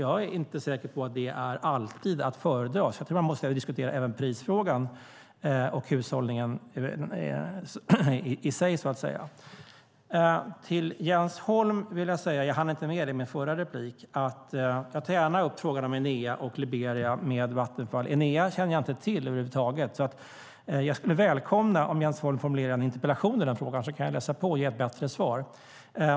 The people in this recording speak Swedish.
Jag är inte säker på att det alltid är att föredra. Därför tror jag att vi även måste diskutera prisfrågan och hushållningen i sig. Till Jens Holm vill jag säga - jag hann inte med det i mitt förra inlägg - att jag gärna tar upp frågan om Enea och Liberia med Vattenfall. Enea känner jag över huvud taget inte till, och jag skulle därför välkomna om Jens Holm ställde en interpellation i den frågan. Då kan jag läsa på och ge ett bättre svar.